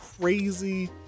crazy